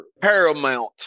paramount